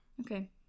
Okay